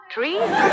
Trees